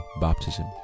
baptism